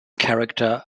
character